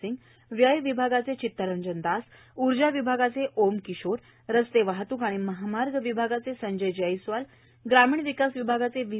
सिंगए व्यय विभागाचे चितरंजन दासए ऊर्जा विभागाचे ओमकिशोरए रस्ते वाहतूक आणि महामार्ग विभागाचे संजय जैसवालए ग्रामीण विकास विभागाचे व्ही